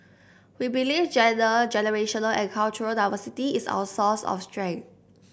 we believe gender generational and cultural diversity is our source of strength